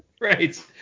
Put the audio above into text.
Right